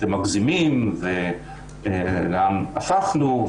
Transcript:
"אתם מגזימים", "למה הפכנו?"